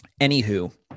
Anywho